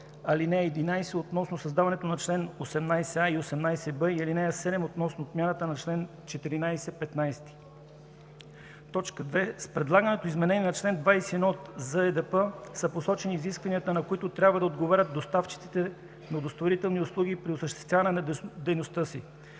ал. 11, относно създаването на чл. 18а и 18б, и ал. 7 относно отмяната на чл. 14, 15. С предлаганото изменение на чл. 21 ЗЕДЕП са посочени изискванията, на които трябва да отговарят доставчиците на удостоверителни услуги при осъществяване на дейността си,